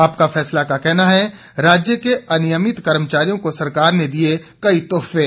आपका फैसला का कहना है राज्य के अनियमित कर्मचारियों को सरकार ने दिए कई तोहफे